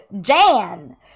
Jan